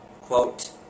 quote